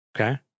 Okay